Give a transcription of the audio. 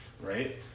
right